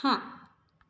હા